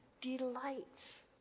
delights